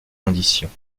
conditions